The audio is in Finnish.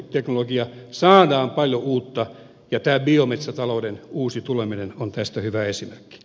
saadaan paljon uutta ja tämä biometsätalouden uusi tuleminen on tästä hyvä esimerkki